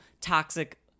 toxic